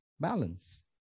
balance